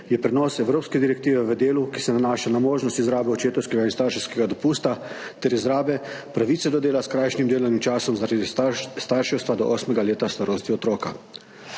je prenos evropske direktive v delu, ki se nanaša na možnost izrabe očetovskega in starševskega dopusta ter izrabe pravice do dela s krajšim delovnim časom zaradi starševstva do 8. leta starosti otroka.